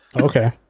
okay